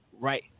right